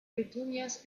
petunias